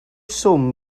swm